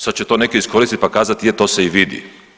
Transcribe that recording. Sad će to neki iskoristiti pa kazati je to se i vidi.